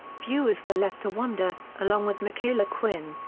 viewers were left to wonder, along with michaela quinn,